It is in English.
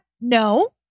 No